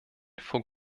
vor